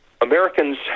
Americans